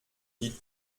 die